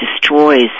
destroys